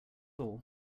all